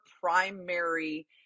primary